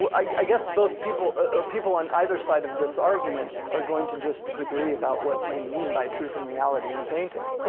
i guess both people or people on either side of this argument are going to just disagree about what we mean by truth and reality in a painting.